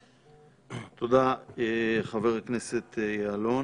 תודה, חבר הכנסת יעלון.